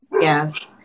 Yes